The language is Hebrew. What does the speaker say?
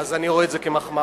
אני רואה את זה כמחמאה.